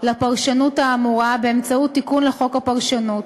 לפרשנות האמורה באמצעות תיקון לחוק הפרשנות,